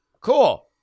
Cool